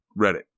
Reddit